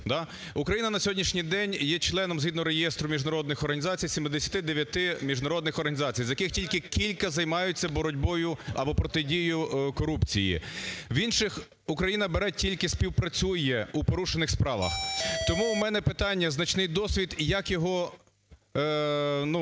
Україна на сьогоднішній день є членом, згідно Реєстру міжнародних організацій 79 міжнародних організацій, з яких тільки кілька займаються боротьбою або протидією корупції. В інших Україна бере, тільки співпрацює у порушених справах. Тому в мене питання: значний досвід, як його,